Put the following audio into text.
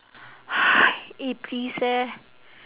eh please eh